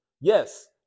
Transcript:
Yes